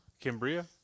Cambria